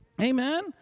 Amen